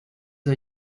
are